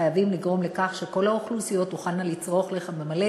חייבים לגרום לכך שכל האוכלוסיות תוכלנה לצרוך לחם מלא,